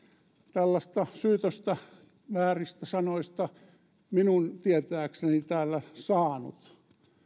tällaista syytöstä vääristä sanoista minun tietääkseni täällä saanut